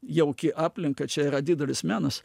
jauki aplinka čia yra didelis menas